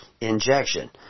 injection